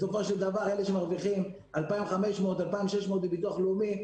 בסופו של דבר אלה שמרוויחים 2,500 2,600 בביטוח לאומי,